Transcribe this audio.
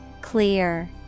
Clear